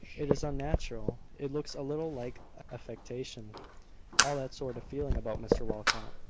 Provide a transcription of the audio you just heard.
it is unnatural it looks a little like affectation all that sort of feeling about mr walcot.